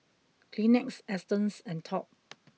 Kleenex Astons and Top